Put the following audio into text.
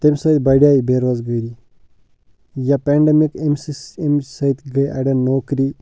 تَمہِ سۭتۍ بَڑے بے روزگٲری یا پینڈَمِک اَمہِ سہٕ اَمہِ سۭتۍ گٔے اَڑٮ۪ن نوکری